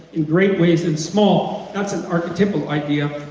in great ways and small. that's an archetypal idea